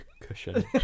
cushion